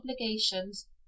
obligations